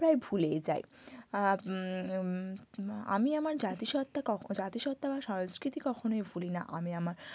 প্রায় ভুলেই যায় আমি আমার জাতিসত্ত্বা কখনো জাতিসত্ত্বা বা সংস্কৃতি কখনোই ভুলি না আমি আমার